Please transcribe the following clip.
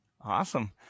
Awesome